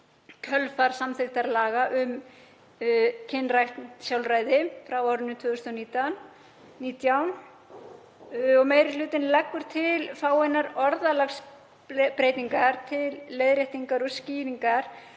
kjölfar samþykktar laga um kynrænt sjálfræði frá 2019. Meiri hlutinn leggur til fáeinar orðalagsbreytingar til leiðréttingar og skýringar